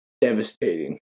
devastating